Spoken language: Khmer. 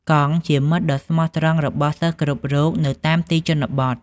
កង់ជាមិត្តដ៏ស្មោះត្រង់របស់សិស្សគ្រប់រូបនៅតាមទីជនបទ។